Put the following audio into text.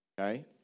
okay